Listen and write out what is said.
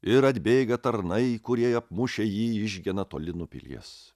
ir atbėga tarnai kurie apmušę jį išgena toli nuo pilies